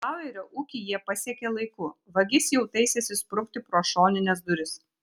bauerio ūkį jie pasiekė laiku vagis jau taisėsi sprukti pro šonines duris